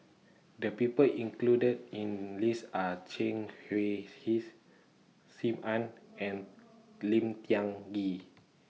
The People included in list Are Chen Hui Hsi SIM Ann and Lim Tiong Ghee